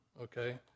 okay